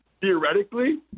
theoretically